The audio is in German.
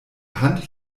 hand